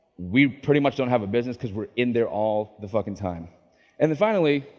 we pretty much don't have a business because we're in there all the fucking time and then finally,